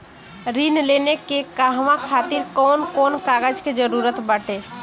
ऋण लेने के कहवा खातिर कौन कोन कागज के जररूत बाटे?